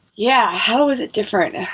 yeah, how was it different?